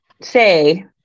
say